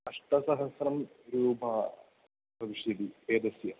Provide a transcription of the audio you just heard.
अष्टसहस्रं रूप्यकं भविष्यति एकस्य